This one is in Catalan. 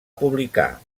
publicar